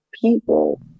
people